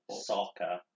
soccer